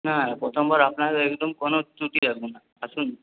হ্যাঁ প্রথমবার আপনার একদম কোনো ত্রুটি আসবে না আসুন